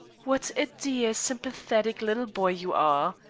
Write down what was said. what a dear, sympathetic little boy you are!